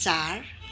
चार